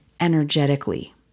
energetically